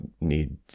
need